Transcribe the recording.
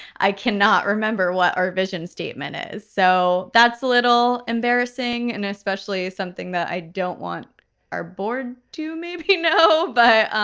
i cannot remember what our vision statement is. so that's a little embarrassing and especially something that i don't want our board to maybe, you know but